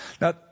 Now